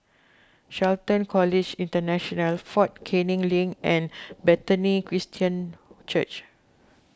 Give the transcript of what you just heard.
Shelton College International fort Canning Link and Bethany Christian Church